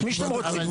את מי שאתם רוצים.